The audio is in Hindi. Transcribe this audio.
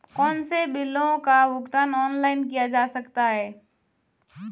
कौनसे बिलों का भुगतान ऑनलाइन किया जा सकता है?